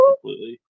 completely